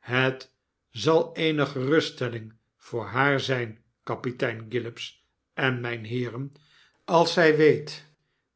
het zal eene geruststelling voor haar zijn kapitein gillops en mynheeren als zy weet